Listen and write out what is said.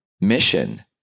mission